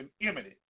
imminent